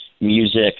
music